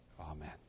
Amen